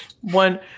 one